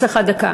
יש לך דקה.